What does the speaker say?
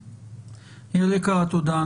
יעל יקרה, תודה.